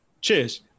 cheers